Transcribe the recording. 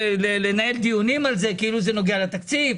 לנהל דיונים על זה כאילו זה נוגע לתקציב.